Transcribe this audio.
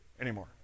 anymore